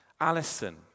Alison